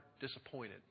disappointed